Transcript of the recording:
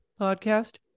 podcast